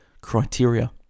criteria